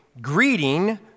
greeting